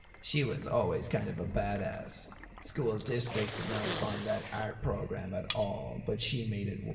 she was always kind of a badass. school district did not fund that art program at all. but she made it work.